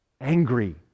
angry